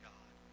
God